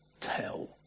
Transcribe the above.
Tell